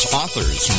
authors